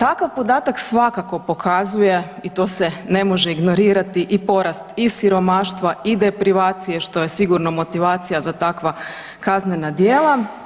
Takav podatak svakako pokazuje i to se ne može ignorirati i porast i siromaštva i deprivacije što je sigurno motivacija za takva kaznena djela.